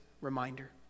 reminder